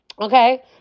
Okay